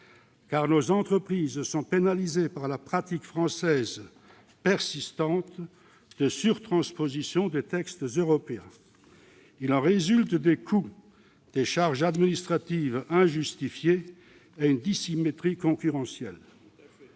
! Nos entreprises sont en effet pénalisées par la pratique française persistante de la surtransposition des textes européens. Il en résulte des coûts, des charges administratives injustifiées et une dissymétrie concurrentielle.